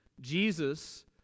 Jesus